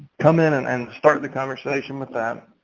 come in and and start the conversation with them?